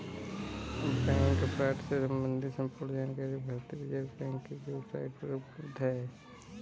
bank fraud से सम्बंधित संपूर्ण जानकारी भारतीय रिज़र्व बैंक की वेब साईट पर उपलब्ध है